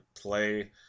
play